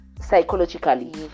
Psychologically